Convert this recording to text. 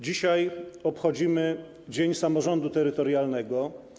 Dzisiaj obchodzimy Dzień Samorządu Terytorialnego.